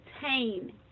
obtain